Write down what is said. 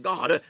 God